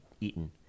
eaten